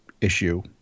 issue